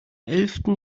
elften